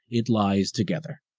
it lies together.